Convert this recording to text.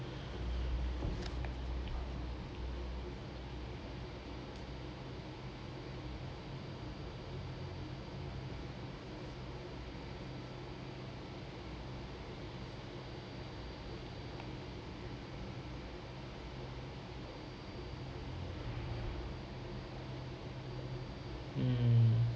mm